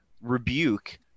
rebuke